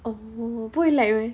oh 不会 lag meh